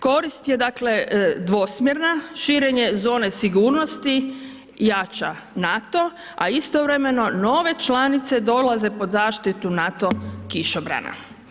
Korist je, dakle, dvosmjerna, širenje zone sigurnosti jača NATO, a istovremeno nove članice dolaze pod zaštitu NATO kišobrana.